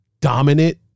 dominant